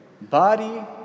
body